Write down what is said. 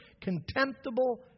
contemptible